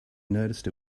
noticed